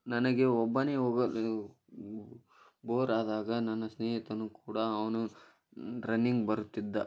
ನನಗೆ ಒಬ್ಬನೇ ಹೋಗಲು ಬೋರ್ ಆದಾಗ ನನ್ನ ಸ್ನೇಹಿತನು ಕೂಡ ಅವ್ನೂ ರನ್ನಿಂಗ್ ಬರುತ್ತಿದ್ದ